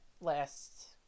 last